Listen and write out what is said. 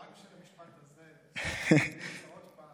רק בשביל המשפט הזה, כן.